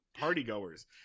partygoers